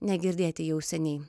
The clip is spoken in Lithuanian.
negirdėti jau seniai